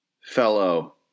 fellow